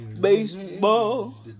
Baseball